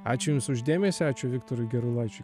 ačiū jums už dėmesį ačiū viktorui gerulaičiui